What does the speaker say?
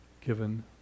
given